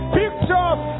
pictures